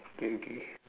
okay